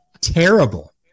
terrible